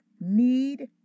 need